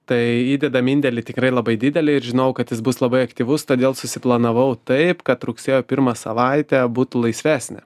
tai įdėdam indėlį tikrai labai didelį ir žinojau kad jis bus labai aktyvus todėl susiplanavau taip kad rugsėjo pirma savaitė būtų laisvesnė